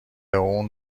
اون